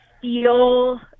feel